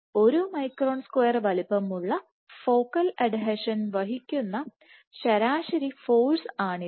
1 micron square വലിപ്പമുള്ള focal adhesion വഹിക്കുന്ന ശരാശരി ഫോഴ്സ് ആണിത്